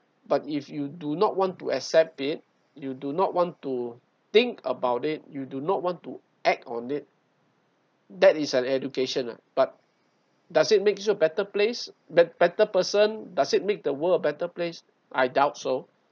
but if you do not want to accept it you do not want to think about it you do not want to act on it that is an education ah but does it makes you a better place bet better person does it make the world a better place I doubt so